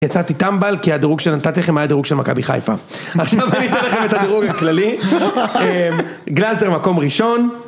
יצאתי טמבל, כי הדירוג שנתתי לכם היה דירוג של מכבי חיפה. עכשיו אני אתן לכם את הדירוג הכללי. גלזר, מקום ראשון.